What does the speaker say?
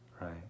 right